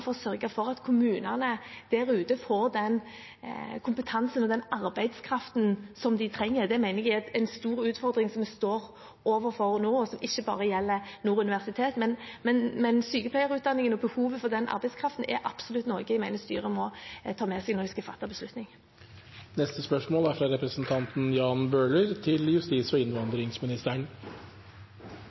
for å sørge for at kommunene der ute får den kompetansen og den arbeidskraften som de trenger. Det mener jeg er en stor utfordring som vi står overfor nå, og som ikke bare gjelder Nord universitet. Men sykepleierutdanningen og behovet for slik arbeidskraft som den gir, er absolutt noe jeg mener styret må ta med seg når de skal fatte beslutning. Dette spørsmålet er utsatt til neste spørretime, da statsråden er